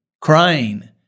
crying